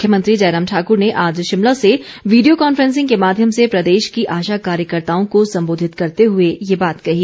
मुख्यमंत्री जयराम ठाकुर ने आज शिमला से वीडियो कांफैंसिंग के माध्यम से प्रदेश की आशा कार्यकर्ताओं को सम्बोधित करते हुए ये बात कही